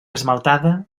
esmaltada